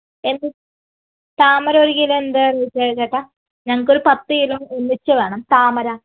താമര ഒരുകിലോ എന്താ റേറ്റ് വരിക ചേട്ടാ ഞങ്ങക്കൊരു പത്തുകിലോ ഒന്നിച്ചുവേണം താമര